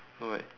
no wait